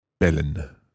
bellen